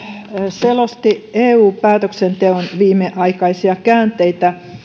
selosti eu päätöksenteon viimeaikaisia käänteitä